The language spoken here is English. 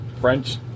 French